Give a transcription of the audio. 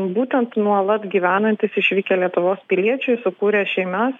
būtent nuolat gyvenantys išvykę lietuvos piliečiai sukūrę šeimas